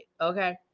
Okay